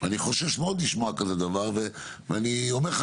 אני חושש מאוד לשמוע כזה דבר ואני אומר לך